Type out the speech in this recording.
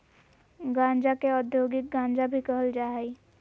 गांजा के औद्योगिक गांजा भी कहल जा हइ